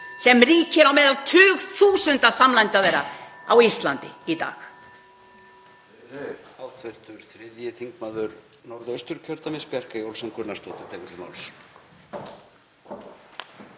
sem ríkir á meðal tugþúsunda samlanda þeirra á Íslandi í dag.